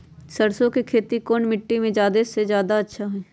सरसो के खेती कौन मिट्टी मे अच्छा मे जादा अच्छा होइ?